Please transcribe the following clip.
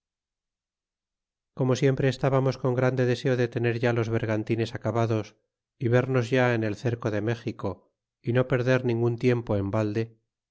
como siempre estábamos con grande deseo de tener ya los vergantines acabados y vernos ya en el cerco de méxico y no perder ningun tiempo en valde